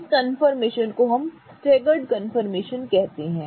इस कन्फर्मेशन को हम स्टेगर्ड कन्फर्मेशन कहते हैं